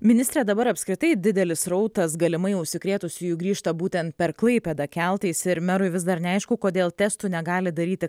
ministre dabar apskritai didelis srautas galimai užsikrėtusiųjų grįžta būtent per klaipėdą keltais ir merui vis dar neaišku kodėl testų negali daryti